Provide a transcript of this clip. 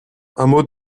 hameau